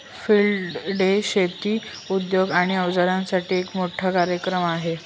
field day शेती उद्योग आणि अवजारांसाठी एक मोठा कार्यक्रम आहे